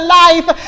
life